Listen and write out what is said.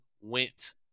went